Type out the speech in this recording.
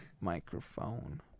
Microphone